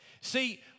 See